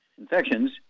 infections